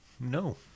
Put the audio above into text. No